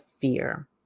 fear